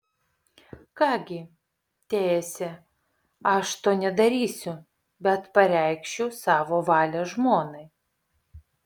ką gi teesie aš to nedarysiu bet pareikšiu savo valią žmonai